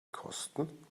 kosten